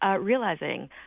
Realizing